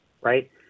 right